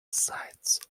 sites